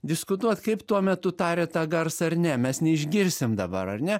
diskutuot kaip tuo metu tarė tą garsą ar ne mes neišgirsim dabar ar ne